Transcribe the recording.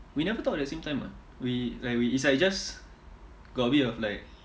we never talk at the same time [what] we like we it's like just got a bit of like